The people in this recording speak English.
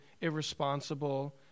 irresponsible